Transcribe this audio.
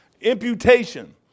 Imputation